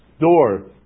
door